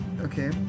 okay